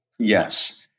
Yes